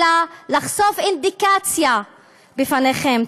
אלא לחשוף אינדיקציה לפניכם,